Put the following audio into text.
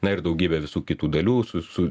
na ir daugybė visų kitų dalių su su